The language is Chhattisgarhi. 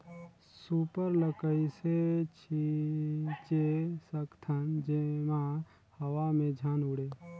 सुपर ल कइसे छीचे सकथन जेमा हवा मे झन उड़े?